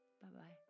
Bye-bye